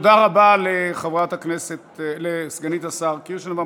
תודה רבה לסגנית השר קירשנבאום.